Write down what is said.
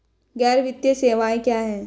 गैर वित्तीय सेवाएं क्या हैं?